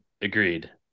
Agreed